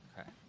Okay